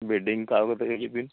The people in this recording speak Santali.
ᱵᱮᱰᱤᱝ ᱠᱚ ᱟᱹᱜᱩ ᱠᱟᱛᱮ ᱦᱤᱡᱩᱜ ᱵᱤᱱ